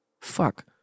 Fuck